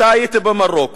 אתה היית במרוקו.